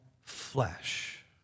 flesh